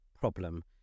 problem